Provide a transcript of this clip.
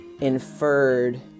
inferred